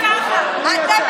לגבי